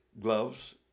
gloves